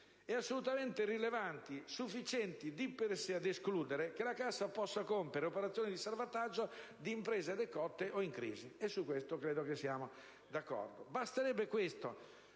e assolutamente rilevanti, sufficienti di per sé ad escludere che la Cassa possa compiere operazioni di salvataggio di imprese decotte o in crisi. Su questo credo che siamo d'accordo.